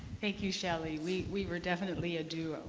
thank you, shelly. we we were definitely a duo.